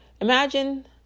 imagine